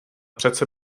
přece